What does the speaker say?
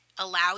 allow